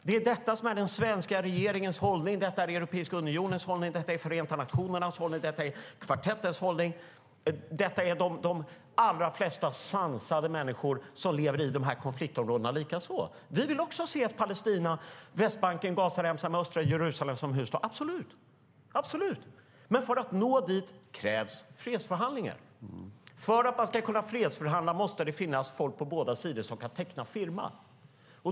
Det är detta som är den svenska regeringens hållning, detta är Europeiska unionens hållning, detta är Förenta nationernas hållning, detta är kvartettens hållning och detta är de allra flesta sansade människors, som lever i de här konfliktområdena, hållning. Vi vill också se ett Palestina, Västbanken och Gazaremsan med östra Jerusalem som huvudstad, absolut. Men för att nå dit krävs fredsförhandlingar. Och för att man ska kunna fredsförhandla måste det finnas folk på båda sidor som kan teckna firma.